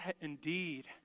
indeed